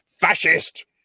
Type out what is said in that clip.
fascist